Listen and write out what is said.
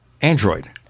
Android